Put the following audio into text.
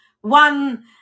one